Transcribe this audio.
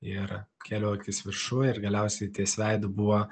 ir keliu akis viršuj ir galiausiai ties veidu buvo